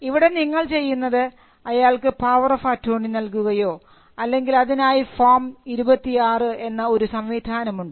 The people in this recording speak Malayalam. ഇവിടെ നിങ്ങൾ ചെയ്യുന്നത് അയാൾക്ക് പവർ ഓഫ് അറ്റോണി നൽകുകയോ അല്ലെങ്കിൽ അതിനായി ഫോം 26 എന്ന ഒരു സംവിധാനം ഉണ്ട്